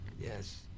Yes